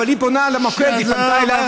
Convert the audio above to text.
אבל היא פונה למוקד, היא פנתה אליי רק עכשיו.